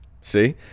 See